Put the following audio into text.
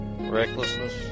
Recklessness